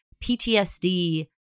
PTSD